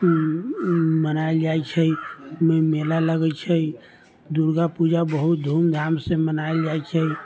मनायल जाइ छै ओइमे मेला लगै छै दुर्गा पूजा बहुत धूमधामसँ मनायल जाइ छै